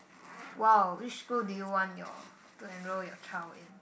!wow! which school do you want your to enroll your child in